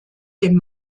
dem